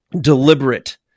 deliberate